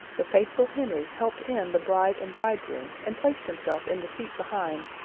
the faithful henry helped in the bride and bridegroom, and placed himself in the seat behind,